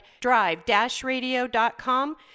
drive-radio.com